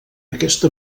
aquesta